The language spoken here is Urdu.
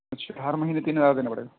اچھا ہر مہینے تین ہزار دینا پڑے گا